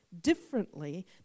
differently